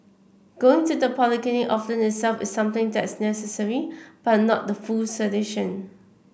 going to the polyclinic often itself is something that's necessary but not the full solution